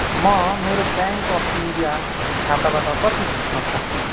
म मेरो bank of India खाताबाट कति झिक्नसक्छु